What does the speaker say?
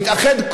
נתאחד,